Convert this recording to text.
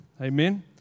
Amen